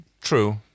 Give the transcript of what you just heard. true